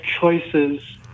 choices